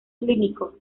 clínico